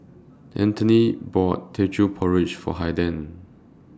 Antony bought Teochew Porridge For Haiden